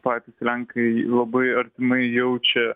patys lenkai labai artimai jaučia